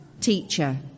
teacher